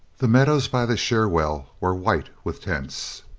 the meadows by the cherwell were white with tents.